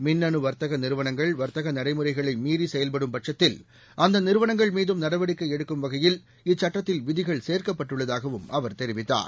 மின்னு வர்த்தக நிறுவனங்கள் வர்த்தக நடைமுறைகளை மீறி செயல்படும் பட்சத்தில் அந்த நிறுவனங்கள் மீதும் நடவடிக்கை எடுக்கும் வகையில் இச்சட்டத்தில் விதிகள் சேர்க்கப்பட்டுள்ளதாகவும் அவர் தெரிவித்தார்